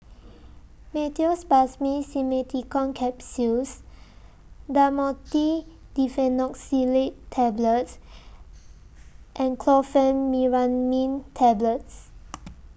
Meteospasmyl Simeticone Capsules Dhamotil Diphenoxylate Tablets and Chlorpheniramine Tablets